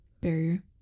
Barrier